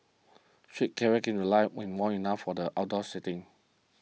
street carry came to life when warm enough for the outdoor seating